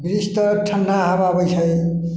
वृक्षतर ठण्डा हवा अबै छै